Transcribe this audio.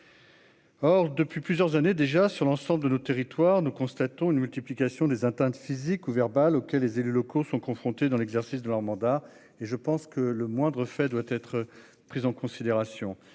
Or, depuis plusieurs années déjà, sur l'ensemble de notre territoire, nous constatons une multiplication des atteintes physiques ou verbales auxquelles les élus locaux sont confrontés dans l'exercice de leur mandat et je pense que le moindre fait doit être prise en considération